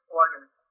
orders